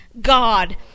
God